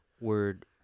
word